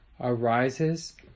arises